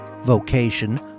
vocation